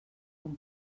com